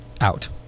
out